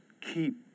keep